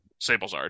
sablezard